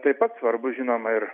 taip pat svarbu žinoma ir